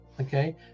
okay